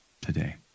today